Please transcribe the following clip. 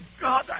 God